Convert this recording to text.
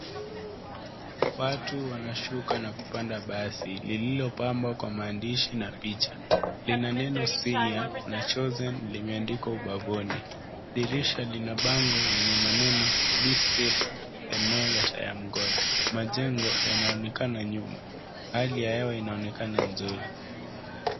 Watu wanashuka na kupanda basi lililopamba kwa maandishi na picha. Lina neno senior na choosen limeandikwa bafuni. Dirisha lina bango lenye maneno be still and now that I am God . Majengo yanaonekana nyuma hali ya hewa linaonekana nzuri.